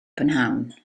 prynhawn